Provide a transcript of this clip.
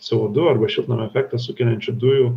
c o du arba šiltnamio efektą sukeliančių dujų